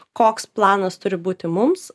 koks planas turi būti mums